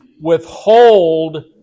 withhold